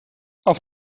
auf